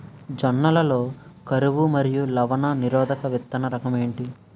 జొన్న లలో కరువు మరియు లవణ నిరోధక విత్తన రకం ఏంటి?